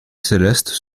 célestes